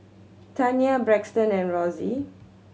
Tania Braxton and Rosie